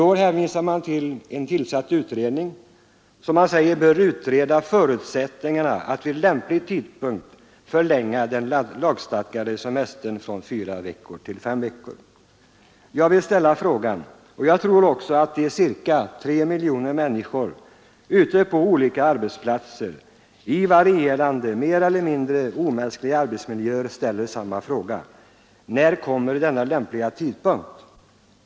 Än hänvisar man — såsom sker i år — till en tillsatt utredning, som man säger bör utreda förutsättningarna för att vid lämplig tidpunkt förlänga den lagstadgade semestern från fyra till fem veckor. Jag vill ställa frågan — jag tror att de ca tre miljoner människorna ute på olika arbetsplatser i varierande, mer eller mindre omänskliga arbetsmiljöer ställer samma fråga: När kommer denna lämpliga tidpunkt?